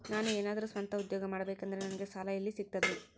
ನಾನು ಏನಾದರೂ ಸ್ವಂತ ಉದ್ಯೋಗ ಮಾಡಬೇಕಂದರೆ ನನಗ ಸಾಲ ಎಲ್ಲಿ ಸಿಗ್ತದರಿ?